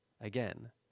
again